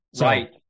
Right